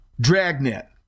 Dragnet